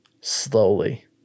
Slowly